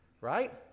Right